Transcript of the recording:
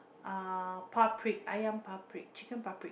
uh Ayam chicken